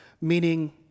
meaning